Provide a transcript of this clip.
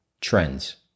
trends